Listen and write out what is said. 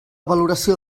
valoració